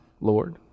Lord